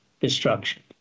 destruction